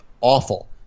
awful